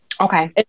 Okay